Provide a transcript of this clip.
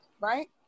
right